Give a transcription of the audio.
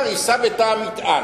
הוא שכלל את הטיסה?